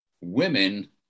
women